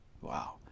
Wow